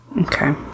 Okay